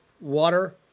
water